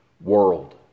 world